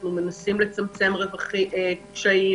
אנחנו מנסים לצמצם קשיים,